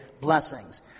blessings